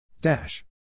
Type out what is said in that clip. Dash